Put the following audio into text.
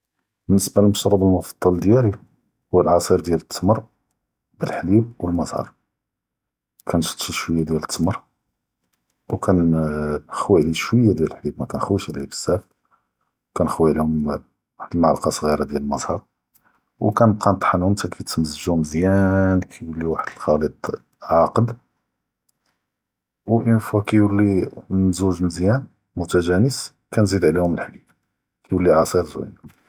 באלניסבה למש’רוב אלמפרדל דיאלי הוא אלע’סיר דיאל אלתמר ב אלח’ליב ו אלמאא ז’הר, כנשד שוווי דיאל אלתמר ו כנח’וי עליה שוווי דיאל אלח’ליב, מיכ’נח’וייש עליה בזאף, ו כנח’וי עליהם וחד אלאמלקה ס’ג’ירה דיאל מאא ז’הר, ו כנבקה נטח’נהום ח’תא ית’מצ’ג’ו מיז’אן, כיוולי וחד אלח’ליט עאקד, ואין פווא כיוולי ממז’וג מיז’אן מתג’אנס, כנזיד עליהם אלח’ליב, יוולי ע’סיר זווין.